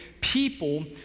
people